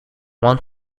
one